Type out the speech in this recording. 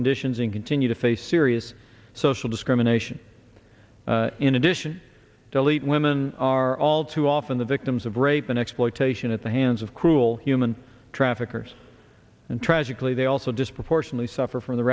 conditions and continue to face serious social discrimination in addition delete women are all too often the victims of rape and exploitation at the hands of cruel human traffickers and tragically they also disproportionately suffer from the